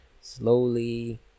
slowly